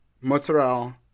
mozzarella